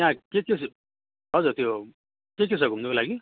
त्यहाँ के के हजुर त्यो के के छ घुम्नुको लागि